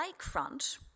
lakefront